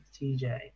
TJ